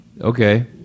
okay